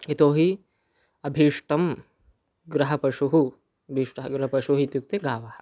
यतो हि अभीष्टः गृहपशुः अभीष्टः गृहपशुः इत्युक्ते गावः